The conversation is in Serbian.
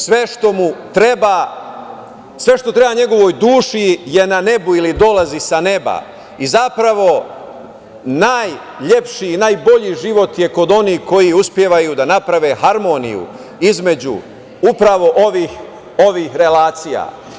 Sve što treba njegovoj duši je na nebu ili dolazi sa neba i zapravo najlepši najbolji život je kod onih koji uspevaju da naprave harmoniju između upravo ovih relacija.